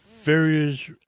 various